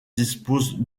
dispose